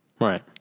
Right